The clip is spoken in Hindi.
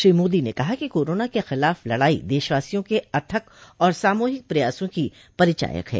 श्री मोदी ने कहा कि कोरोना के खिलाफ लड़ाई देशवासियों के अथक और सामूहिक प्रयासों की परिचायक है